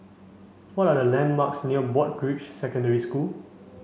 what are the landmarks near Broadrick Secondary School